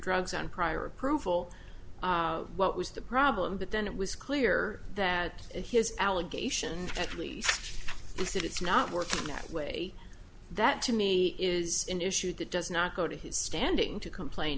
drugs and prior approval what was the problem but then it was clear that his allegation at least is that it's not work that way that to me is an issue that does not go to his standing to complain